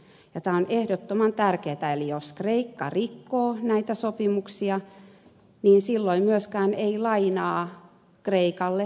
tämä on ehdottoman tärkeätä eli jos kreikka rikkoo näitä sopimuksia niin silloin myöskään ei lainaa kreikalle tule